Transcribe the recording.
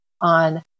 on